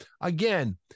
again